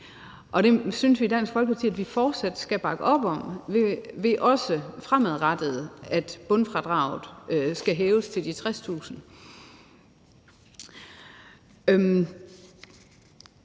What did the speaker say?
og det synes vi i Dansk Folkeparti vi fortsat skal bakke op om, ved at bundfradraget også fremadrettet skal være hævet til de 60.000